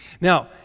Now